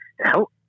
help